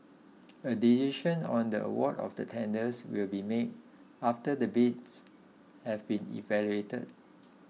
a decision on the award of the tenders will be made after the bids have been evaluated